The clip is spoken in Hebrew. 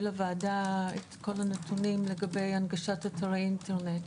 לוועדה את כל הנתונים לגבי הנגשת אתרי אינטרנט,